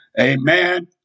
Amen